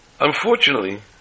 Unfortunately